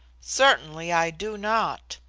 certainly, i do not.